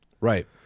right